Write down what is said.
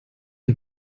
den